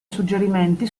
suggerimenti